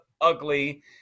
ugly